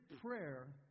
prayer